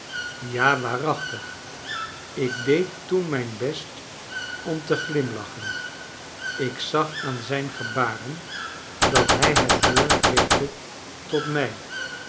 ja waarachtig ik deed toen mijn best om te glimlachen ik zag aan zijn gebaren dat hij het woord richtte tot mij